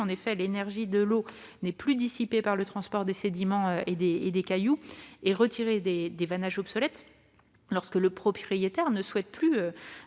En effet, l'énergie de l'eau n'est plus dissipée par le transport des sédiments et des cailloux. Retirer des vannages obsolètes lorsque le propriétaire ne souhaite plus